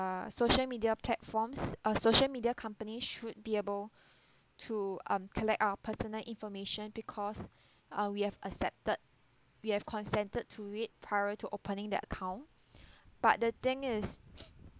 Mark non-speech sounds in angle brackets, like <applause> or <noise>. social media platforms uh social media companies should be able to um collect our personal information because uh we have accepted we have consented to read prior to opening that account <breath> but the thing is